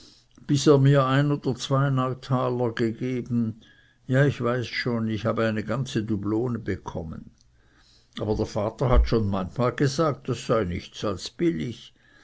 bis er mir ein oder zwei neutaler gegeben ja ich weiß schon ich habe eine ganze dublone bekommen aber dr vater hat schon manchmal gesagt das sei nichts als billig